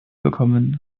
bekommen